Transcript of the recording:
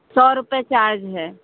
सौ रुपये चार्ज है